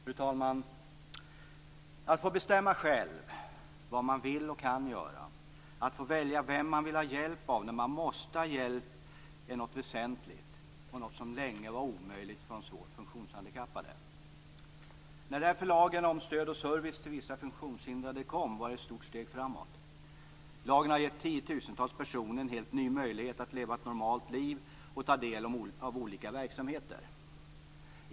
Fru talman! Att få bestämma själv vad man vill och kan göra, att få välja vem man vill ha hjälp av när man måste ha hjälp är något väsentligt och något som länge var omöjligt för de svårt funktionshandikappade. När därför lagen om stöd och service till vissa funktionshindrade kom var det ett stort steg framåt. Lagen har gett tiotusentals personer en helt ny möjlighet att leva ett normalt liv och ta del av olika verksamheter.